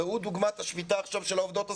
ראו דוגמה את השביתה עכשיו של העובדות הסוציאליות.